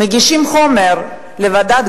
מגישים חומר לוועדת-גולדסטון,